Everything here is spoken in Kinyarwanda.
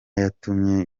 yatumye